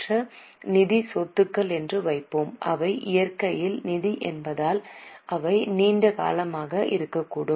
மற்ற நிதி சொத்துக்கள் என்று வைப்போம் அவை இயற்கையில் நிதி என்பதால் அவை நீண்ட காலமாக இருக்கக்கூடும்